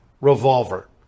Revolver